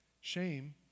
Shame